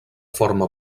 forma